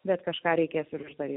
bet kažką reikės uždaryti